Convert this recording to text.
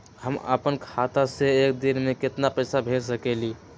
हम अपना खाता से एक दिन में केतना पैसा भेज सकेली?